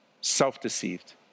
self-deceived